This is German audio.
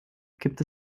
gibt